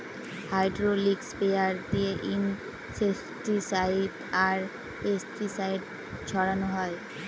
hydraulic sprayer দিয়ে insecticide আর pesticide ছড়ানো হয়